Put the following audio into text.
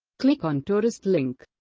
click on tourist link